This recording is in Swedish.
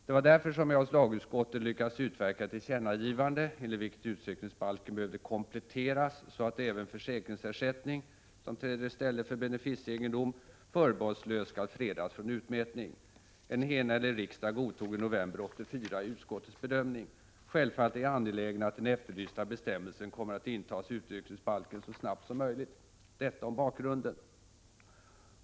Det var därför som jag hos lagutskottet lyckades utverka ett tillkännagi vande, enligt vilket utsökningsbalken behövde kompletteras så att även försäkringsersättning — som träder i stället för beneficieegendom — förbehållslöst skall fredas från utmätning. En enhällig riksdag godtog i november 1984 utskottets bedömning. Självfallet är jag angelägen att den efterlysta bestämmelsen kommer att intas i utökningsbalken så snabbt som möjligt. Detta om bakgrunden.